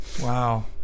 wow